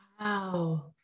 Wow